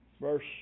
Verse